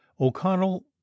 O'Connell